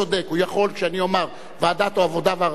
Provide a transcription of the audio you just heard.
הוא יכול שאני אומר ועדת העבודה והרווחה,